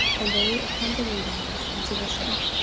and they accompanied him unto the ship.